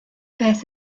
beth